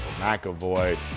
McAvoy